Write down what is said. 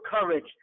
courage